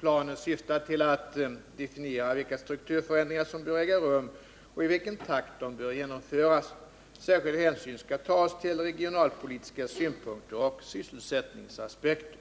Planen syftar till att definiera vilka strukturförändringar som bör äga rum och i vilken takt de bör genomföras. Särskild hänsyn skall tas till regionalpolitiska synpunkter och sysselsättningsaspekter.